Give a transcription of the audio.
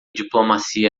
diplomacia